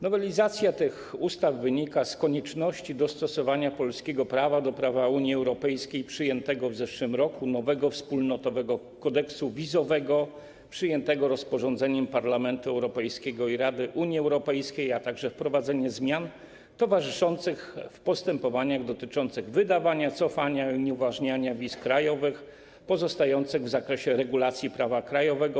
Nowelizacja tych ustaw wynika z konieczności dostosowania polskiego prawa do prawa Unii Europejskiej przyjętego w zeszłym roku, nowego Wspólnotowego Kodeksu Wizowego przyjętego rozporządzeniem Parlamentu Europejskiego i Rady Unii Europejskiej, a także wprowadzenia zmian towarzyszących w postępowaniach dotyczących wydawania, cofania i unieważniania wiz krajowych, pozostających w zakresie regulacji prawa krajowego.